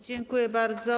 Dziękuję bardzo.